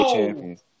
champions